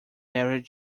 married